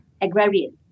agrarian